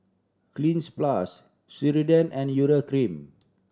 Cleanz Plus Ceradan and Urea Cream